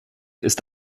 ist